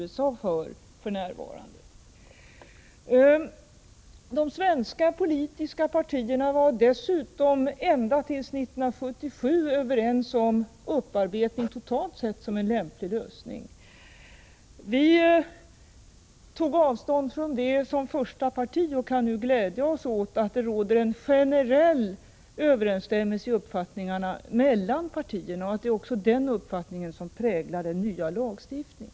Dessutom vill jag framhålla att de svenska politiska partierna ända fram till 1977 var överens om att upparbetningen, totalt sett, var en lämplig lösning. Vi var det första partiet att ta avstånd därvidlag och kan nu glädja oss åt att det råder en generell överensstämmelse mellan partierna och att det också är den uppfattningen som präglar den nya lagstiftningen.